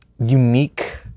unique